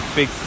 big